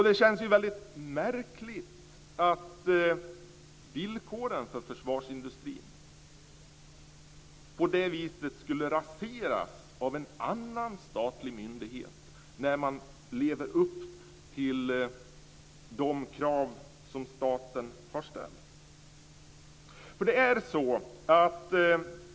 Det känns väldigt märkligt att villkoren för försvarsindustrin på det viset skulle raseras av en annan statlig myndighet när man lever upp till de krav som staten har ställt.